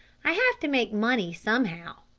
i have to make money somehow.